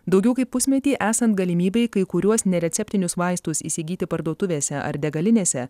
daugiau kaip pusmetį esant galimybei kai kuriuos nereceptinius vaistus įsigyti parduotuvėse ar degalinėse